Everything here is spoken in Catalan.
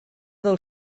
del